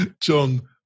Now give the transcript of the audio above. John